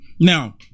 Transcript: Now